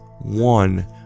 one